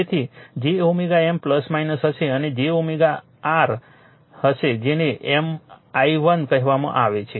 તેથી તે j M હશે અને તે M r હશે જેને i1 કહેવામાં આવે છે